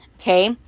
Okay